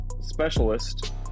specialist